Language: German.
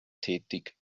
tätig